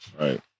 Right